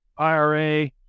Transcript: IRA